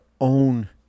own